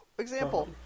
Example